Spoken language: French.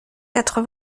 quatre